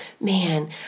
man